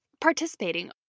participating